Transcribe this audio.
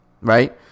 right